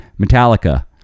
Metallica